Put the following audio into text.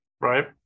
right